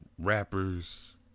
Rappers